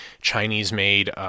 Chinese-made